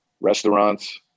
restaurants